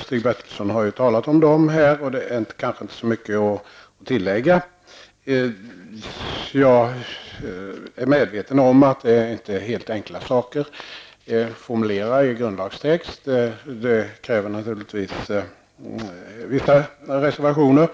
Stig Bertilsson har talat för dessa reservationer, och det är kanske inte så mycket att tillägga. Jag är medveten om att det inte är så helt enkelt att formulera de föreslagna kraven i grundlagstext. Det krävs naturligtvis vissa reservationer.